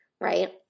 right